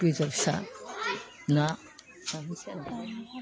बेदर फिसा ना जाहोनोसै आरो